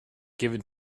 given